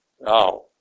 Now